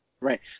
right